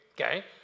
okay